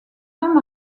homme